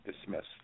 dismissed